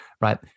right